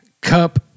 cup